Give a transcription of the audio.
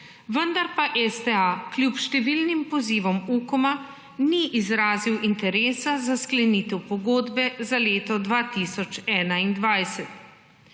vendar pa STA kljub številnim pozivom UKOM ni izrazil interesa za sklenitev pogodbe za leto 2021.